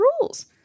rules